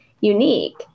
unique